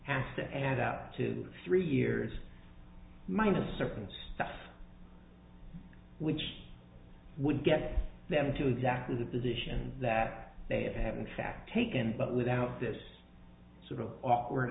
has to add up to three years minus certain stuff which would get them to exactly the position that they haven't fact taken but without this sort of awkward